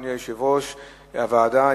אדוני יושב-ראש הוועדה,